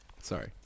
Sorry